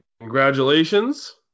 Congratulations